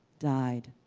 dyed,